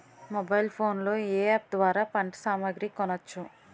Mobile phone లో ఏ app ద్వారా పంట సామాగ్రి కొనచ్చు?